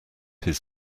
his